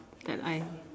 that I